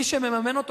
מי שמממן אותו,